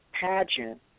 pageant